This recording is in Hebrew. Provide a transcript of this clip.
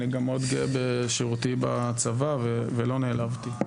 אני גם גאה מאוד בשירותי בצבא, ולא נעלבתי.